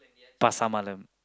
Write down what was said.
Pasar Malam